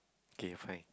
K fine